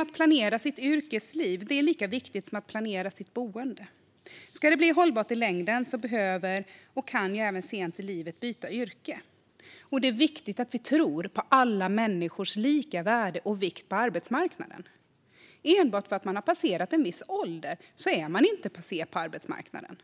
Att planera sitt yrkesliv är lika viktigt som att planera sitt boende. Ska det bli hållbart i längden behöver jag, och kan jag, även sent i livet byta yrke. Det är viktigt att vi tror på alla människors lika värde och vikt på arbetsmarknaden. Enbart för att man passerat en viss ålder är man inte passé på arbetsmarknaden.